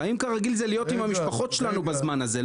חיים כרגיל זה להיות עם המשפחות שלנו בזמן הזה.